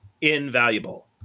invaluable